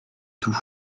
tout